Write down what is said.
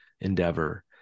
endeavor